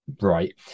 right